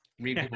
read